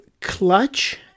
Clutch